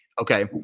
Okay